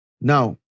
Now